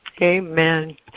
Amen